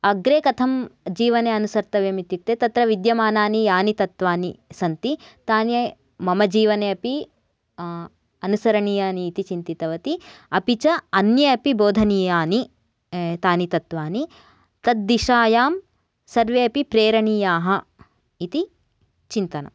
अग्रे कथं जीवने अनुसर्तव्यम् इत्युक्ते तत्र विद्यमानानि यानि तत्त्वानि सन्ति तानि मम जीवने अपि अनुसरणीयानि इति चिन्तितवती अपि च अन्ये अपि बोधनीयानि तानि तत्त्वानि तद्दिशायां सर्वे अपि प्रेरणीयाः इति चिन्तनम्